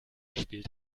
spielt